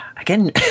Again